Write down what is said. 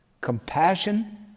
compassion